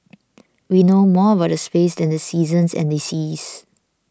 we know more about the space than the seasons and the seas